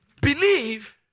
believe